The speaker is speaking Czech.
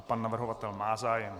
Pan navrhovatel má zájem.